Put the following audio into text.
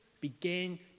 began